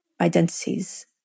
identities